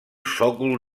sòcol